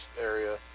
area